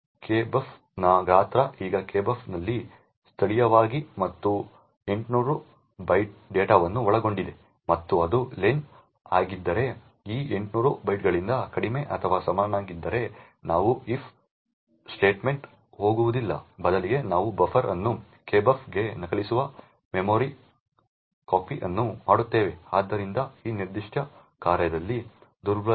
kbuf ನ ಗಾತ್ರ ಈಗ kbuf ಇಲ್ಲಿ ಸ್ಥಳೀಯವಾಗಿದೆ ಮತ್ತು 800 ಬೈಟ್ಗಳ ಡೇಟಾವನ್ನು ಒಳಗೊಂಡಿದೆ ಮತ್ತು ಅದು ಲೆನ್ ಆಗಿದ್ದರೆ ಈ 800 ಬೈಟ್ಗಳಿಗಿಂತ ಕಡಿಮೆ ಅಥವಾ ಸಮವಾಗಿದ್ದರೆ ನಾವು if ಸ್ಟೇಟ್ಮೆಂಟ್ಗೆ ಹೋಗುವುದಿಲ್ಲ ಬದಲಿಗೆ ನಾವು ಬಫರ್ ಅನ್ನು kbuf ಗೆ ನಕಲಿಸುವ memcpy ಅನ್ನು ಮಾಡುತ್ತೇವೆ ಆದ್ದರಿಂದ ಈ ನಿರ್ದಿಷ್ಟ ಕಾರ್ಯದಲ್ಲಿ ದುರ್ಬಲತೆ ಏನು